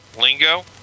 lingo